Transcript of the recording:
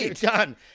done